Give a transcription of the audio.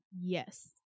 Yes